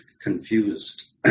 confused